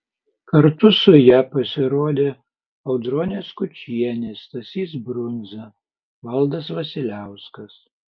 kartu su ja pasirodė audronė skučienė stasys brundza valdas vasiliauskas